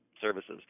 services